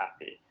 happy